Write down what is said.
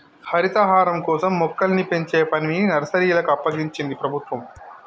హరితహారం కోసం మొక్కల్ని పెంచే పనిని నర్సరీలకు అప్పగించింది ప్రభుత్వం